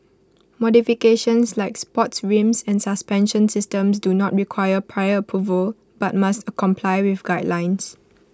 modifications like sports rims and suspension systems do not require prior approval but must comply with guidelines